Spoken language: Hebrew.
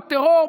בטרור,